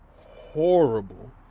horrible